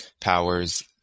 powers